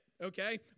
okay